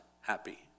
happy